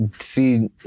see